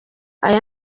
aya